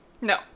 No